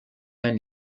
elle